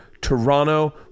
Toronto